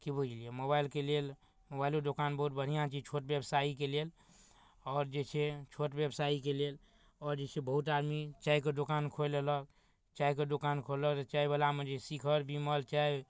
कि बुझलिए मोबाइलके लेल मोबाइलो दोकान बहुत बढ़िआँ चीज छोट बेबसाइके लेल आओर जे छै छोट बेबसाइके लेल आओर जे छै बहुत आदमी चाइके दोकान खोलि लेलक चाइके दोकान खोललक तऽ चाइवलामे जे शिखर बिमल चाइ